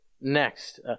next